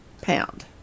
pound